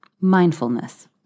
mindfulness